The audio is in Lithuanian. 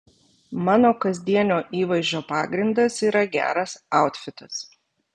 mano kasdienio įvaizdžio pagrindas yra geras autfitas